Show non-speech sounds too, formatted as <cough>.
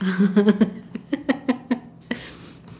<laughs>